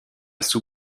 sous